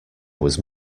was